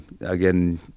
again